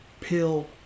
pill